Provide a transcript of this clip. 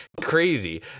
crazy